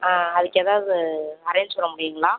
அதுக்கு எதாவது அரேஞ்ச் பண்ண முடியுங்களா